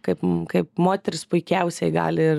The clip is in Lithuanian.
kaip kaip moteris puikiausiai gali ir